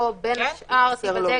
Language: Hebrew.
שבו בין השאר תיבדק התאמתו?